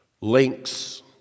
links